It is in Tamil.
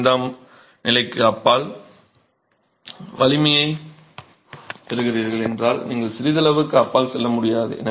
5 ஆம் நிலைக்கு அப்பால் வலிமையைப் பெறுகிறீர்கள் என்றால் நீங்கள் சிறிதளவுக்கு அப்பால் செல்ல முடியாது